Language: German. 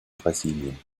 brasilien